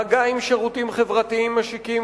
מגע עם שירותים חברתיים משיקים,